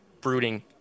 brooding